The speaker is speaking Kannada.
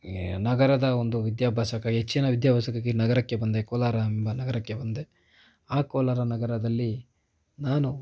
ನಗರದ ಒಂದು ವಿದ್ಯಾಭ್ಯಾಸಕ್ಕಾಗಿ ಹೆಚ್ಚಿನ ವಿದ್ಯಾಭ್ಯಾಸಕ್ಕಾಗಿ ನಗರಕ್ಕೆ ಬಂದೆ ಕೋಲಾರ ಎಂಬ ನಗರಕ್ಕೆ ಬಂದೆ ಆ ಕೋಲಾರ ನಗರದಲ್ಲಿ ನಾನು